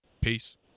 Peace